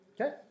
Okay